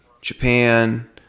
Japan